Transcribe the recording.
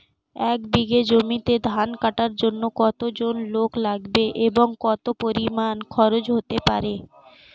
এক বিঘা জমিতে ধান কাটার জন্য কতজন লোক লাগবে এবং কত পরিমান খরচ হতে পারে?